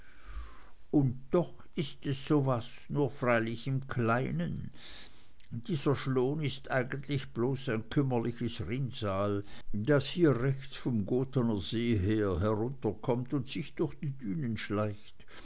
und doch ist es so was nur freilich im kleinen dieser schloon ist eigentlich bloß ein kümmerliches rinnsal das hier rechts vom gothener see herunterkommt und sich durch die dünen schleicht